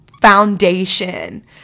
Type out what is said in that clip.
foundation